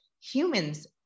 humans